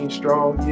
strong